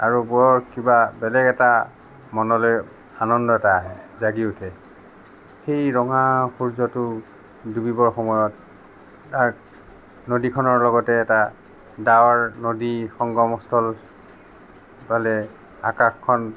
আৰু ওপৰত কিবা বেলেগ এটা মনলৈ আনন্দ এটা আহে জাগি উঠে সেই ৰঙা সূৰ্যটো ডুবিবৰ সময়ত তাৰ নদীখনৰ লগতে এটা ডাৱৰ নদী সংগমস্থল ইফালে আকাশখন